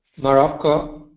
morocco,